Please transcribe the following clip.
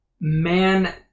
Man